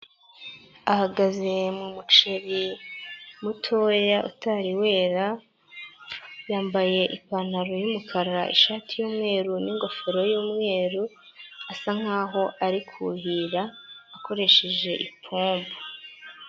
Ahagaze mu muceri mutoya utari wera yambaye ipantaro y'umukara, ishati y'umweru n'ingofero y'umweru asa nkaho ari kuhira akoresheje ipompo.